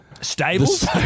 Stables